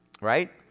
Right